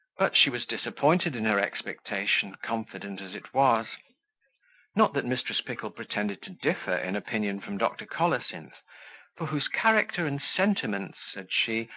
but she was disappointed in her expectation, confident as it was not that mrs. pickle pretended to differ in opinion from dr. colocynth, for whose character and sentiments, said she,